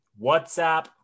WhatsApp